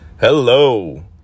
Hello